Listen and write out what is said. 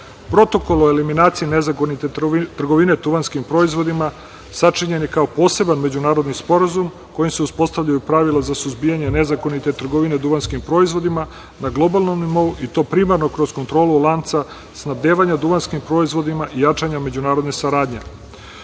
o eliminaciji nezakonite trgovine duvanskim proizvodima sačinjen je kao poseban međunarodni sporazum kojim se uspostavljaju pravila za suzbijanje nezakonite trgovine duvanskim proizvodima na globalnom nivou i to primarno kroz kontrolu lanca snabdevanja duvanskim proizvodima i jačanja međunarodne saradnje. Protokol